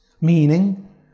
Meaning